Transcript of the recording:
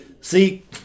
See